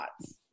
thoughts